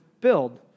build